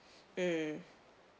mm